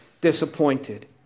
disappointed